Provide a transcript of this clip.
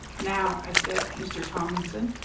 now i said, mr. tomlinson,